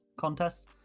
contests